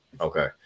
okay